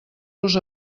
los